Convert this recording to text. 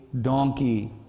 donkey